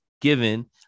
given